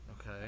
Okay